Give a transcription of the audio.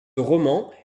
roman